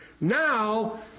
now